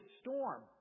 storm